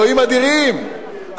אלוהים אדירים,